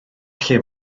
lle